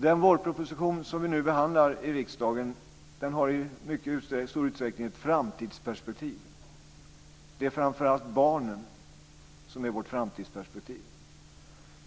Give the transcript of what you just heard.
Den vårproposition som vi nu behandlar i riksdagen har i stor utsträckning ett framtidsperspektiv. Det är framför allt barnen som är vårt framtidsperspektiv.